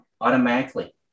automatically